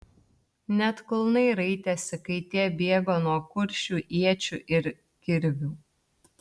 net kulnai raitėsi kai tie bėgo nuo kuršių iečių ir kirvių